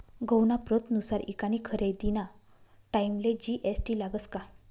गहूना प्रतनुसार ईकानी खरेदीना टाईमले जी.एस.टी लागस का?